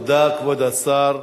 תודה, כבוד השר.